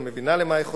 המבינה למה היא חותרת,